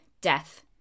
Death